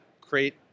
create